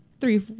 three